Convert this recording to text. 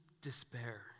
despair